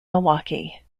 milwaukee